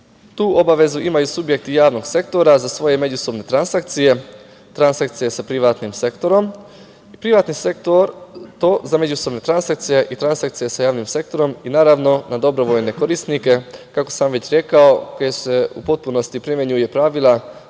tu obavezu imaju subjekti javnog sektora za svoje međusobne transakcije, transakcije sa privatnim sektorom i privatni sektor za međusobne transakcije sa javnim sektorom i naravno, na dobrovoljne korisnike, kako sam već rekao, gde se u potpunosti primenjuje pravila